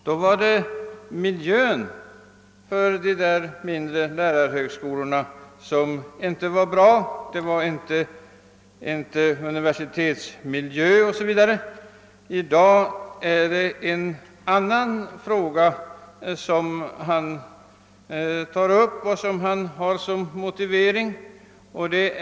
Då var det miljön för de mindre lärarhögskolorna som inte var bra. Det var inte universitetsmiljö o.s.v. I dag har han en annan motivering.